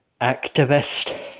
activist